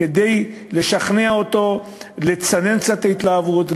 כדי לשכנע אותו לצנן קצת את ההתלהבות,